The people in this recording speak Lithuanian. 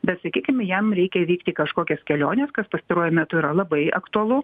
bet sakykim jam reikia vykti į kažkokias keliones kas pastaruoju metu yra labai aktualu